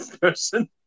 person